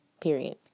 period